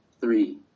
three